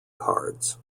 cards